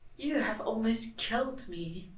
you have almost killed me!